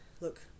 look